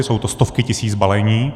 Jsou to stovky tisíc balení.